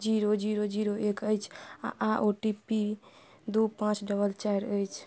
zero zero zero एक अछि आओर ओ टी पी दुइ पाँच डबल चारि अछि